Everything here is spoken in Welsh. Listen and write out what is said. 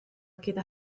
gyda